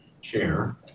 chair